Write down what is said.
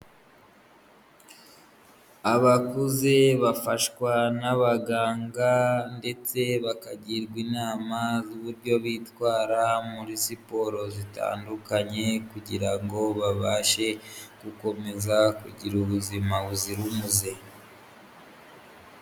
Abakuze bafashwa n'abaganga ndetse bakagirwa inama z'uburyo bitwara muri siporo zitandukanye, kugira ngo babashe gukomeza kugira ubuzima buzira umuze.